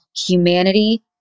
humanity